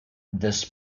this